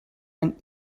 ein